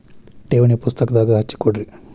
ಠೇವಣಿ ಪುಸ್ತಕದಾಗ ಹಚ್ಚಿ ಕೊಡ್ರಿ